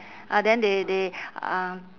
ah then they they uh